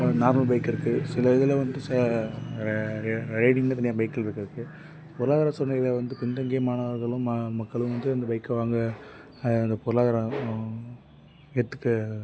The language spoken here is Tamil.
நார்மல் பைக் இருக்கு சில இதுல வந்துட்டு ச ரைடிங்னு தனியாக பைக்குள்கள் இருக்கு பொருளாதார சூழ்நிலையில் வந்து பின் தங்கிய மாணவர்களும் ம மக்களும் வந்து இந்த பைக்கை வாங்க இந்த பொருளாதாரம் ஏற்றுக்க